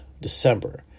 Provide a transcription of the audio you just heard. December